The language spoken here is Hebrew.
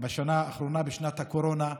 בשנה האחרונה, בשנת הקורונה,